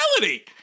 reality